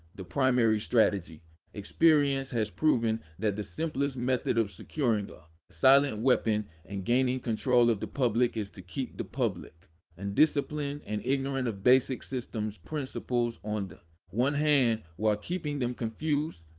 the primary strategy experience has proven that the simplest method of securing a ah silent weapon and gaining control of the public is to keep the public undisciplined and ignorant of basic systems principles on the one hand, while keeping them confused,